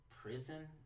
Prison